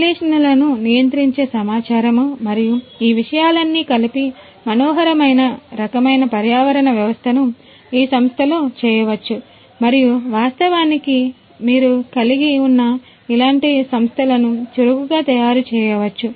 విశ్లేషణలను నియంత్రించే సమాచారము మరియు ఈ విషయాలన్నీ కలిపి మనోహరమైన రకమైన పర్యావరణ వ్యవస్థను ఈ సంస్థలలో చేయవచ్చు మరియు వాస్తవానికి మీరు కలిగి ఉన్నఇలాంటి సంస్థలను చురుకుగా తయారు చేయవచ్చు